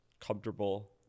comfortable